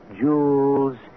Jewels